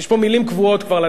יש פה כבר מלים קבועות לנאומים,